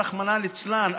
רחמנא לצלן.